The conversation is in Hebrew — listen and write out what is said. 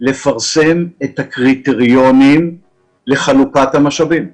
לפרסם את הקריטריונים לחלוקת המשאבים,